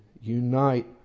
Unite